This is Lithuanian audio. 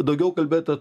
daugiau kalbėta